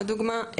עוד דוגמא,